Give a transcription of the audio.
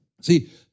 See